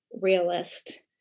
realist